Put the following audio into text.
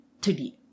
today